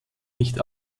nicht